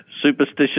superstitious